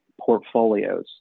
portfolios